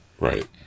Right